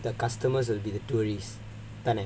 the customers will be the tourists